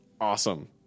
awesome